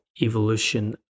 evolution